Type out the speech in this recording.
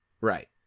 Right